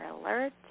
alert